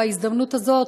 בהזדמנות הזאת,